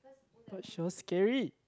but she was scary